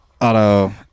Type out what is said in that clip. auto